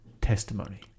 testimony